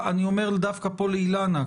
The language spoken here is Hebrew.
אני אומר דווקא לאילנה,